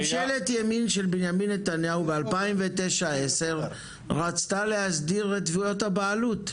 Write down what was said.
ממשלת ימין של בנימין נתניהו ב-2009-2010 רצתה להסדיר את תביעות הבעלות,